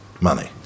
money